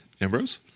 Ambrose